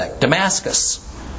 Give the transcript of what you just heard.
Damascus